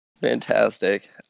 Fantastic